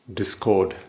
discord